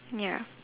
ya